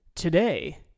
Today